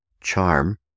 charm